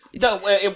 No